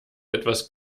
etwas